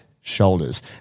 shoulders